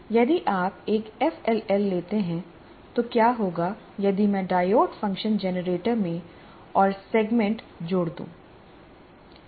यदि आप एक एफएलएल लेते हैं तो क्या होगा यदि मैं डायोड फ़ंक्शन जनरेटर में और सेगमेंट जोड़ दूं